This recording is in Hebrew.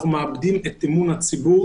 אנחנו מאבדים את אמון הציבור,